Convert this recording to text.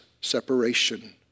separation